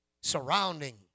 surrounding